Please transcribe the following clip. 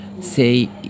say